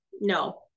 no